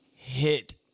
Hit